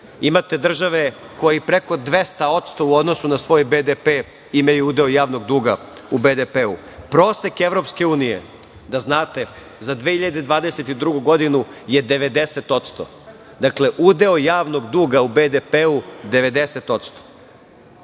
Imate države koje i preko 200% u odnosu na svoj BDP imaju udeo javnog duga u BDP-u. Prosek Evropske unije, da znate, za 2022. godinu je 90%. Dakle, udeo javnog duga u BDP-u 90%.